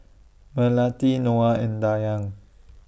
Melati Noah and Dayang